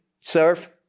surf